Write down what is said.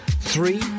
Three